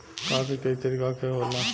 कागज कई तरीका के होला